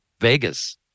Vegas